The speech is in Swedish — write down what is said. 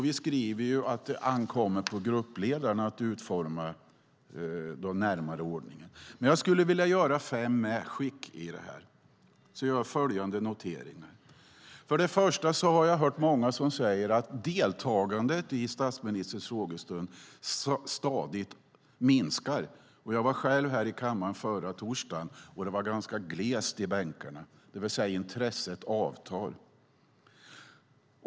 Vi skriver att det ankommer på gruppledarna att utforma den närmare ordningen. Jag skulle vilja göra fem medskick och följande noteringar. För det första har jag hört många säga att deltagandet i statsministerns frågestund stadigt minskar. Jag var själv här i kammaren förra torsdagen, och det var ganska glest i bänkarna, det vill säga att intresset avtar.